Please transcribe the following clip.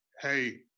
hey